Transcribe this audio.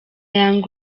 young